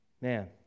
Man